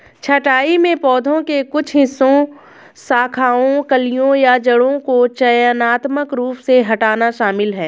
छंटाई में पौधे के कुछ हिस्सों शाखाओं कलियों या जड़ों को चयनात्मक रूप से हटाना शामिल है